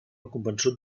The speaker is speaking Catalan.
convençut